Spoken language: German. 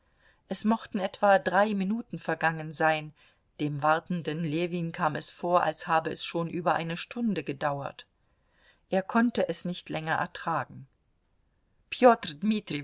es mochten etwa drei minuten vergangen sein dem wartenden ljewin kam es vor als habe es schon über eine stunde gedauert er konnte es nicht länger ertragen peter